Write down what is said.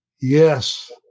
Yes